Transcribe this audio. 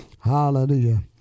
Hallelujah